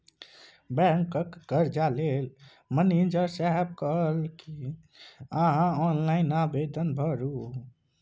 बैंकक कर्जा लेल मनिजर साहेब कहलनि अहॅँ ऑनलाइन आवेदन भरू